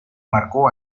marcó